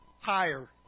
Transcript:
higher